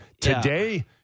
today